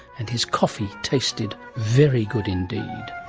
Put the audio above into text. and his coffee tasted very good indeed.